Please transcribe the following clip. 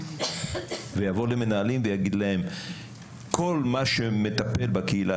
ויבוא למנהלים ויגיד להם שכל מה שמטפל בקהילה